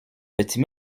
petit